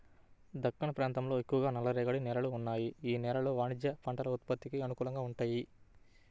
దక్కన్ ప్రాంతంలో ఎక్కువగా నల్లరేగడి నేలలు ఉన్నాయి, యీ నేలలు వాణిజ్య పంటల ఉత్పత్తికి అనుకూలంగా వుంటయ్యి